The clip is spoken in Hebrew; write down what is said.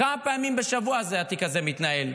כמה פעמים בשבוע התיק הזה מתנהל?